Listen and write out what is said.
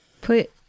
put